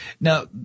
Now